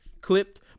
clipped